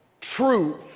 truth